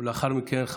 ולאחר מכן,